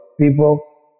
people